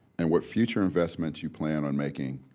and what future investments you plan on making